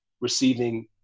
receiving